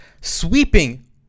sweeping